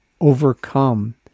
overcome